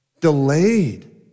delayed